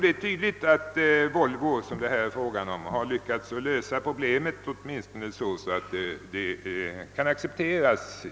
Det är tydligt att Volvo, som det här är fråga om, har kunna lösa problemet åtminstone så bra att USA finner det acceptabelt.